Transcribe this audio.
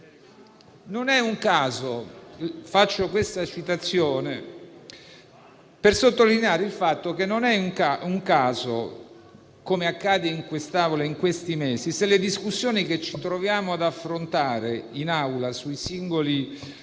e di morire. Faccio questa citazione per sottolineare il fatto che non è un caso, come accade in Assemblea in questi mesi, se le discussioni che ci troviamo ad affrontare sui singoli